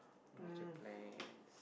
what's your plans